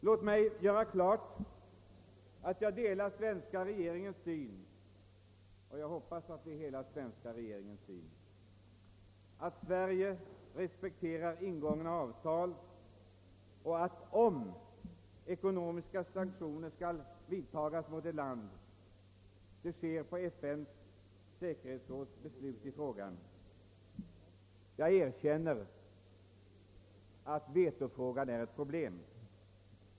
Låt mig göra klart att jag delar svenska regeringens syn — och jag hoppas att det är hela svenska regeringens syn — att Sverige skall respektera ingångna avtal och att ekonomiska sanktioner skall vidtagas mot ett land endast efter beslut av FN:s säkerhetsråd. Jag erkänner att vetorätten är ett problem.